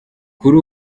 kuri